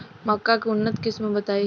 मक्का के उन्नत किस्म बताई?